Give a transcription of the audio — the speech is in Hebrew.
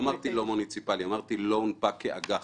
לא אמרתי לא מוניציפאלי, אמרתי שלא הונפק כאג"ח.